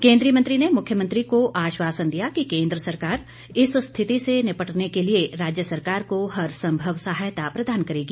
केंद्रीय मंत्री ने मुख्यमंत्री को आश्वासन दिया कि केंद्र सरकार इस रिथिति से निपटने के लिए राज्य सरकार को हर संभव सहायता प्रदान करेगी